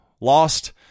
lost